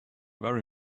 very